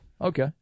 Okay